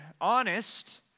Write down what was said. honest